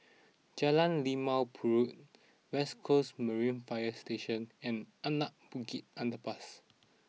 Jalan Limau Purut West Coast Marine Fire Station and Anak Bukit Underpass